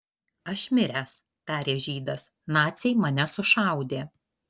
aš miręs tarė žydas naciai mane sušaudė